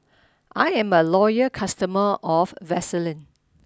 I am a loyal customer of Vaselin